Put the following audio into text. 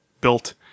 built